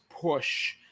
push